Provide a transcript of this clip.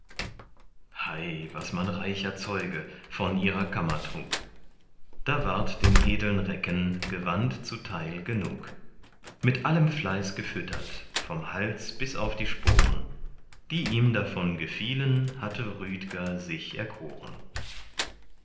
hei was man reicher zeuge von ihrer kammer trug da ward den edeln recken gewand zuteil genug mit allem fleiß gefüttert vom hals bis auf die sporen die ihm davon gefielen hatte rüdger sich erkoren